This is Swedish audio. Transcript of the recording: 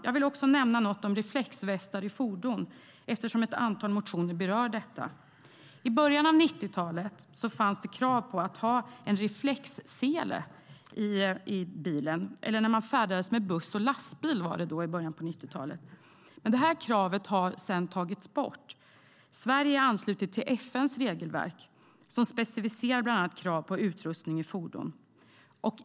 Jag vill också nämna något om reflexvästar i fordon eftersom man i ett antal motioner berör detta. I början av 90-talet fanns krav på att ha en reflexsele när man färdades med buss eller lastbil. Detta krav har sedan tagits bort. Sverige är anslutet till FN:s regelverk som specificerar bland annat krav på utrustning i fordon.